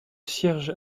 cierge